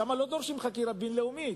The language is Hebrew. שם לא דורשים חקירה בין-לאומית,